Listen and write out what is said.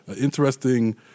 interesting